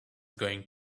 going